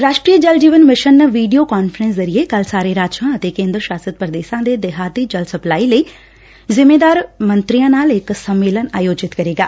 ਰਾਸ਼ਟਰੀ ਜਲ ਜੀਵਨ ਮਿਸ਼ਨ ਵੀਡੀਓ ਕਾਨਫਰੰਸ ਜ਼ਰੀਏ ਕੱਲ ਸਾਰੇ ਰਾਜਾਂ ਅਤੇ ਕੇਂਦਰ ਸ਼ਾਸਤ ਪੁਦੇਸ਼ਾਂ ਦੇ ਦੇਹਾਤੀ ਜਲ ਸਪਲਾਈ ਲਈ ਜਿੰਮੇਦਾਰ ਮੰਤਰੀਆਂ ਨਾਲ ਇਕ ਸੰਮੇਲਨ ਆਯੋਜਿਤ ਕਰੇਗਾ